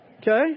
Okay